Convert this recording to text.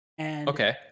Okay